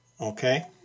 Okay